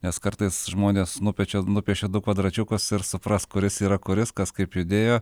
nes kartais žmonės nupiešė nupiešė du kvadračiukus ir suprask kuris yra kuris kas kaip pridėjo